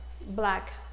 black